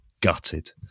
gutted